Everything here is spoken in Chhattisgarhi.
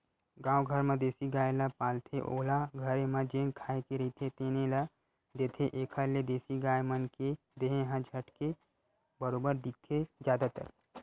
गाँव घर म देसी गाय ल पालथे ओला घरे म जेन खाए के रहिथे तेने ल देथे, एखर ले देसी गाय मन के देहे ह झटके बरोबर दिखथे जादातर